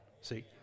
See